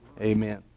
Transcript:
Amen